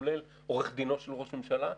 כולל עורך דינו של ראש ממשלה,